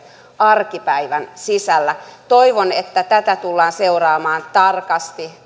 arkipäivän sisällä toivon että tätä tullaan seuraamaan tarkasti